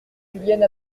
julienne